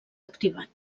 activat